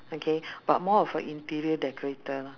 okay but more of a interior decorator